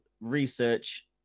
research